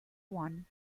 won